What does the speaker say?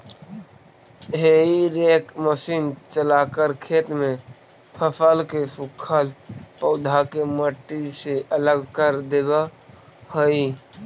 हेई rake machine चलाकर खेत में फसल के सूखल पौधा के मट्टी से अलग कर देवऽ हई